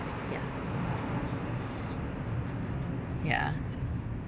ya ya